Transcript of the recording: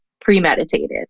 premeditated